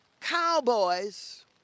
Cowboys